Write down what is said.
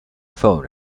phone